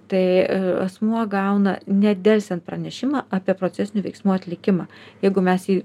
tai asmuo gauna nedelsiant pranešimą apie procesinių veiksmų atlikimą jeigu mes jį